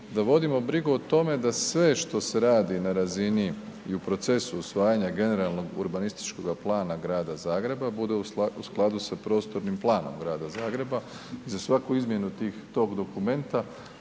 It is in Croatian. da vodimo brigu o tome da sve što se radi na razini i u procesu usvajanja generalnog urbanističkog plana Grada Zagreba, bude u skladu sa prostornim planom Grada Zagreba. I za svaku izmjenu tog dokumenta